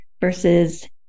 versus